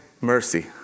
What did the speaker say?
mercy